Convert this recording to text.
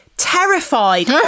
Terrified